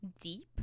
deep